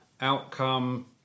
Outcome